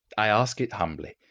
i ask it humbly.